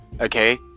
okay